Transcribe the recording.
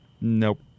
Nope